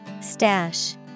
Stash